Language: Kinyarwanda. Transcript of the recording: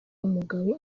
umugabo